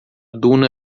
duna